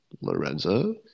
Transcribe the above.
Lorenzo